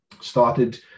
started